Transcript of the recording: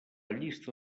llista